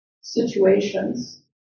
situations